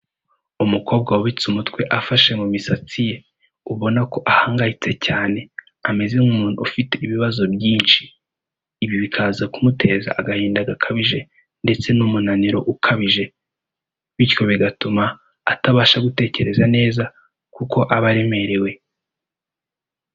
Umukobwa wubitse umutwe afashe mu misatsi ye, ubona ko ahangayitse cyane, ameze nk'umuntu ufite ibibazo byinshi. Ibi bikaza kumuteza agahinda gakabije, ndetse n'umunaniro ukabije. Bityo bigatuma atabasha gutekereza neza kuko aba aremerewe.